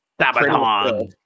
sabaton